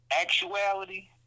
actuality